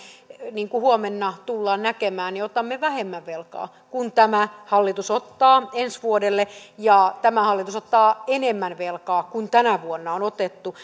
niin kuin huomenna tullaan näkemään vähemmän velkaa kuin tämä hallitus ottaa ensi vuodelle ja tämä hallitus ottaa enemmän velkaa kuin tänä vuonna on otettu